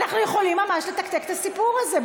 אנחנו יכולים ממש לתקתק את הסיפור הזה.